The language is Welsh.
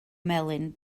melyn